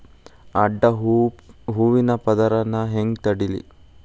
ಅಡ್ಡ ಹೂವಿನ ಪದರ್ ನಾ ಹೆಂಗ್ ತಡಿಲಿ?